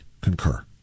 concur